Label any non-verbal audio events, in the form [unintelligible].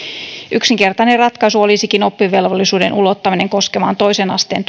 yksinkertainen ratkaisu olisikin oppivelvollisuuden ulottaminen koskemaan toisen asteen [unintelligible]